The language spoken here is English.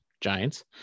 giants